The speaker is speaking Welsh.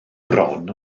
bron